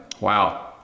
wow